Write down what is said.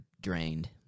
drained